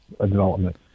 development